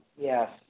Yes